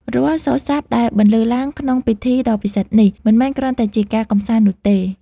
រាល់សូរស័ព្ទដែលបន្លឺឡើងក្នុងពិធីដ៏ពិសិដ្ឋនេះ មិនមែនគ្រាន់តែជាការកម្សាន្តនោះទេ